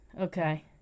okay